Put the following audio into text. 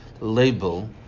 label